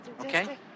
okay